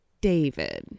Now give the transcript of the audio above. David